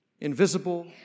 invisible